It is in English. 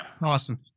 Awesome